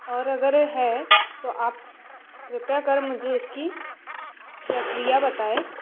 और अगर है तो आप कृपया कर मुझे इसकी प्रक्रिया बताऍं